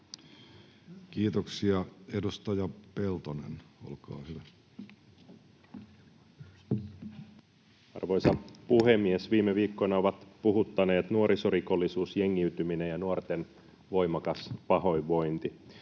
Time: 12:00 Content: Arvoisa puhemies! Viime viikkoina ovat puhuttaneet nuorisorikollisuus, jengiytyminen ja nuorten voimakas pahoinvointi.